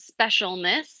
specialness